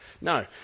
No